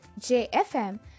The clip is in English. JFM